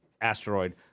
asteroid